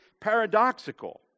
paradoxical